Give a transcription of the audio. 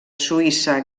suïssa